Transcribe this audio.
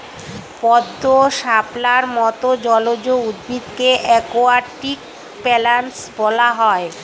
পদ্ম, শাপলার মত জলজ উদ্ভিদকে অ্যাকোয়াটিক প্ল্যান্টস বলা হয়